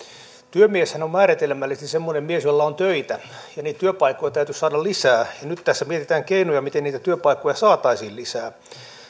työmieshän on määritelmällisesti semmoinen mies jolla on töitä niitä työpaikkoja täytyisi saada lisää nyt tässä mietitään keinoja miten niitä työpaikkoja saataisiin lisää